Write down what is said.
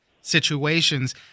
situations